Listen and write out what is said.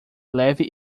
leve